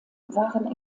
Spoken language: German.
waren